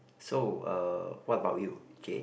so uh what about you J